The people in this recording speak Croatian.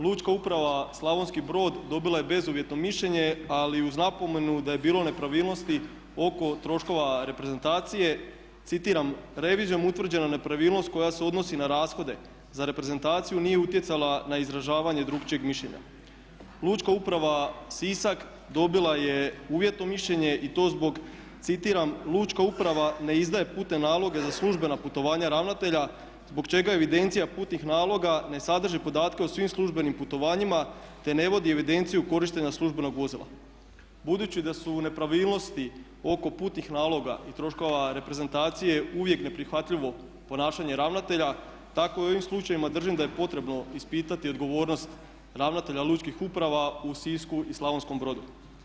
Lučka uprava Slavonski Brod dobila je bezuvjetno mišljenje ali uz napomenu da je bilo nepravilnosti oko troškova reprezentacije, citiram: "Revizijom je utvrđena nepravilnost koja se odnosi na rashode za reprezentaciju nije utjecala na izražavanje drukčijeg mišljenja." Lučka uprava Sisak dobila je uvjetno mišljenje i to zbog, citiram: "Lučka uprava ne izdaje putne naloge za službena putovanja ravnatelja zbog čega evidencija putnih naloga ne sadrži podatke o svim službenim putovanjima te ne vodi evidenciju korištenja službenog vozila." Budući da su nepravilnosti oko putnih naloga i troškova reprezentacije uvijek neprihvatljivo ponašanje ravnatelja tako i u ovim slučajevima držim da je potrebno ispitati odgovornost ravnatelja lučkih uprava u Sisku i Slavonskom Brodu.